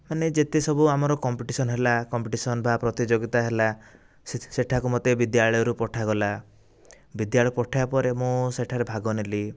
ମାନେ ଯେତେସବୁ ଆମର କମ୍ପିଟିସନ ହେଲା କମ୍ପିଟିସନ ବା ପ୍ରତିଯୋଗିତା ହେଲା ସେଠାକୁ ମୋତେ ବିଦ୍ୟାଳୟରୁ ପଠାଗଲା ବିଦ୍ୟାଳୟ ପଠେଇବା ପରେ ମୁଁ ସେଠାରେ ଭାଗ ନେଲି